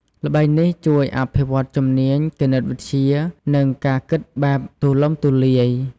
ល្បែងនេះជួយអភិវឌ្ឍជំនាញគណិតវិទ្យា និងការគិតបែបទូលំទូលាយ។